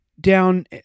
down